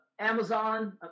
Amazon